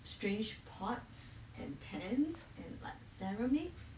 strange pots and pans and like ceramics